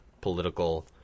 political